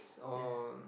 or